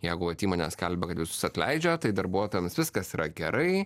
jeigu vat įmonė skelbia kad visus atleidžia tai darbuotojams viskas yra gerai